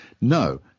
No